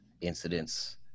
incidents